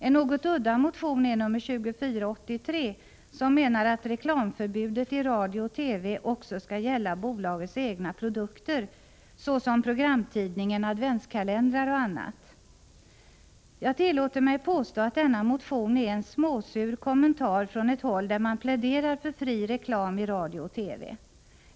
En något udda motion är nr 2483, där motionärerna menar att reklamförbudet i radio och TV också skall gälla bolagets egna produkter, såsom programtidningen, adventskalendrar och annat. Jag tillåter mig påstå att denna motion är en småsur kommentar från ett håll där man pläderar för fri reklam i radio och TV.